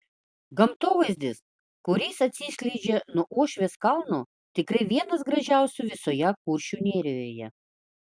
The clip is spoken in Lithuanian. gamtovaizdis kuris atsiskleidžia nuo uošvės kalno tikrai vienas gražiausių visoje kuršių nerijoje